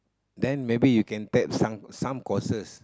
then maybe you can tap some some courses